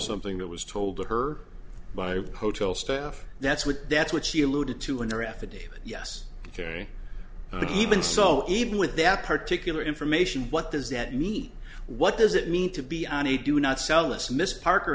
something that was told to her by hotel staff that's what that's what she alluded to in her affidavit yes kerry but even so even with that particular information what does that mean what does it mean to be on a do not sell this miss parker